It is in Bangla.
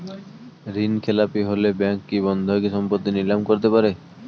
ঋণখেলাপি হলে ব্যাঙ্ক কি বন্ধকি সম্পত্তি নিলাম করতে পারে?